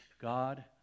God